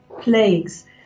plagues